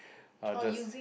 I'll just